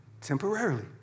temporarily